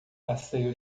passeio